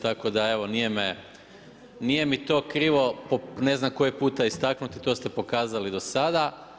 Tako da evo nije mi to krivo po ne znam koji puta istaknuti, to ste pokazali do sada.